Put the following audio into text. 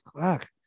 fuck